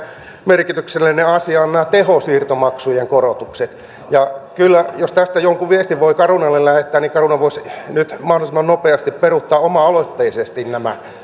merkityksellinen asia ovat nämä tehosiirtomaksujen korotukset kyllä jos tästä jonkun viestin voi carunalle lähettää niin caruna voisi nyt mahdollisimman nopeasti peruuttaa oma aloitteisesti nämä